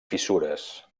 fissures